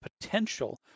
potential